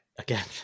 Again